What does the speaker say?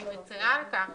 אני מצרה על כך